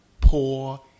poor